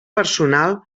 personal